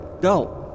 Go